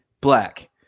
black